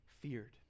feared